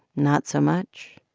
not so much?